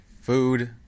food